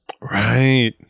Right